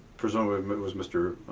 presumably um it was mr.